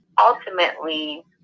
ultimately